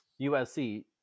USC